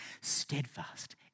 Steadfast